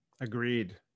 agreed